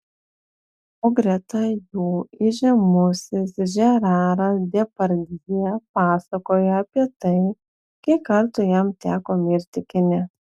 o greta jų įžymusis žeraras depardjė pasakoja apie tai kiek kartų jam teko mirti kine